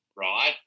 right